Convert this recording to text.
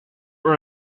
were